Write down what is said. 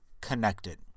connected